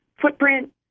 footprint